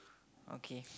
okay